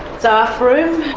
staffroom,